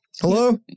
Hello